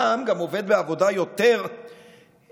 ככל שאדם עובד בעבודה והוא יותר קשה-יום,